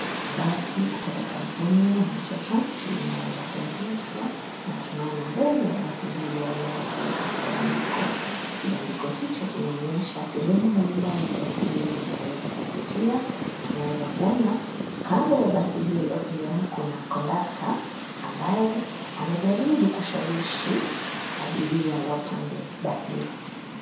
Basi kutoka kampuni ya Metro Trans limeweza kuegeshwa na tunaona mbele ya basi hilo wameweza kuweka kibandiko. Kibandiko hicho kinaonyesha sehemu mbalimbali basi hilo litaweza kupitia. Tunaweza kuona kando ya basi hilo pia kuna kondukta ambaye anajaribu kushawishi abiria wapande basi lake.